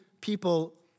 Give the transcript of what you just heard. people